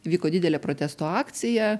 vyko didelė protesto akcija